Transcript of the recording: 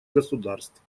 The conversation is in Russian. государств